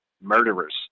murderers